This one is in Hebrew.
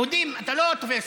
יהודים, אתה לא תופס